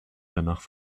danach